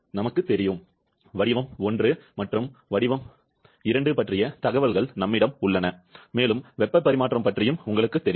நமக்குத் தெரியும் வடிவ 1 மற்றும் 2 பற்றிய தகவல்கள் நம்மிடம் உள்ளன மேலும் வெப்பப் பரிமாற்றம் பற்றியும் உங்களுக்குத் தெரியும்